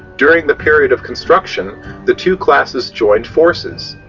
during the period of construction the two classes joined forces,